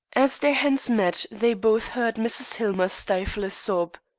as their hands met they both heard mrs. hillmer stifle a sob.